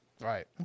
Right